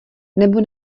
nebo